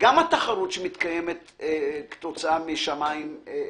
את התחרות שמתקיימת כתוצאה משמיים פתוחים.